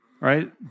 right